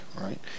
right